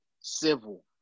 civil